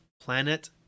planet